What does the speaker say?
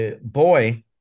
boy